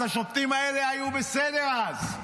אז השופטים האלה היו בסדר אז.